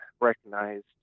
recognized